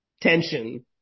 tension